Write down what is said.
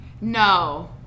No